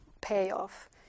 payoff